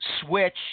switch